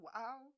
Wow